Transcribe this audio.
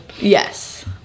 Yes